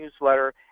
newsletter